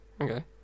Okay